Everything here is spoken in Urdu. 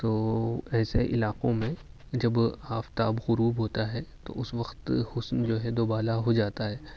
تو ایسے علاقوں میں جب آفتاب غروب ہوتا ہے تو اس وقت حسن جو ہے دوبالا ہو جاتا ہے